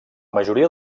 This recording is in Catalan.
majoria